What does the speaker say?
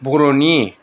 बर'नि